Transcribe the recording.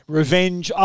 revenge